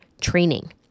training